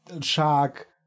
shark